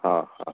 हां हां